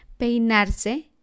peinarse